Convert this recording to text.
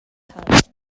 halt